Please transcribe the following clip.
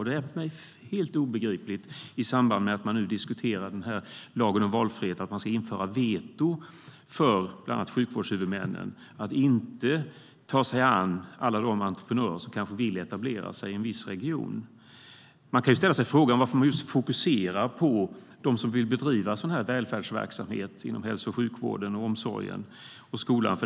Det är för mig helt obegripligt, i samband med att man nu diskuterar lagen om valfrihet, att man ska införa veto för bland annat sjukvårdshuvudmännen som gäller att inte ta sig an alla de entreprenörer som kanske vill etablera sig i en viss region. Varför fokuserar man på dem som vill bedriva sådan välfärdsverksamhet inom hälso och sjukvården, omsorgen och skolan?